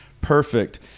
perfect